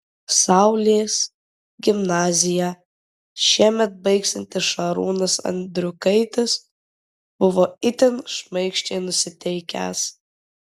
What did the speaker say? saulės gimnaziją šiemet baigsiantis šarūnas andriukaitis buvo itin šmaikščiai nusiteikęs